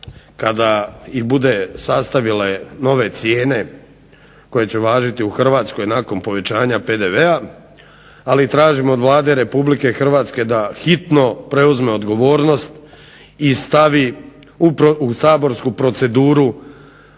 kada ih bude sastavile nove cijene koje će važiti u Hrvatskoj nakon povećanja PDV-a, ali tražimo da od Vlade Republike Hrvatske da hitno preuzme odgovornost i stavi u saborsku proceduru